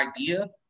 idea